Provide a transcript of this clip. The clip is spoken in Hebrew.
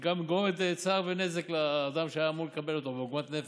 גם גורמת צער ונזק לאדם שהיה אמור לקבל אותו ועוגמת נפש.